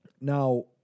Now